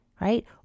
right